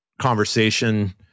conversation